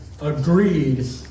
agreed